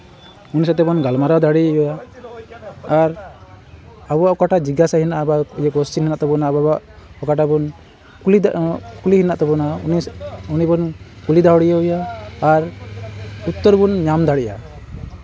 ᱩᱱᱤ ᱥᱟᱣᱛᱮ ᱵᱚᱱ ᱜᱟᱞᱢᱟᱨᱟᱣ ᱫᱟᱲᱮᱭᱟᱭᱟ ᱟᱨ ᱟᱵᱚᱣᱟᱜ ᱚᱠᱟᱴᱟᱜ ᱡᱤᱜᱽᱜᱟᱥᱟ ᱦᱮᱱᱟᱜᱼᱟ ᱵᱟ ᱠᱳᱥᱪᱮᱱ ᱢᱮᱱᱟᱜ ᱛᱟᱵᱚᱱᱟ ᱟᱵᱳᱣᱟᱜ ᱚᱠᱟᱴᱟᱜ ᱵᱚᱱ ᱠᱩᱞᱤ ᱠᱩᱠᱞᱤ ᱦᱮᱱᱟᱜ ᱛᱟᱵᱳᱱᱟ ᱩᱱᱤ ᱩᱱᱤ ᱵᱚᱱ ᱠᱩᱞᱤ ᱫᱟᱲᱮ ᱟᱭᱟ ᱟᱨ ᱩᱛᱛᱚᱨ ᱵᱚᱱ ᱧᱟᱢ ᱫᱟᱲᱮᱭᱟᱜᱼᱟ